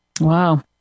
Wow